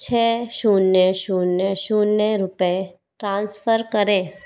छ शून्य शून्य शून्य रुपये ट्रांसफ़र करें